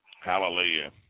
hallelujah